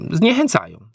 zniechęcają